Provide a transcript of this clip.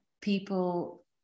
people